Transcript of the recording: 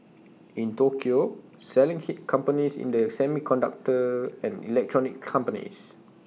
in Tokyo selling hit companies in the semiconductor and electronics companies